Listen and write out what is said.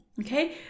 okay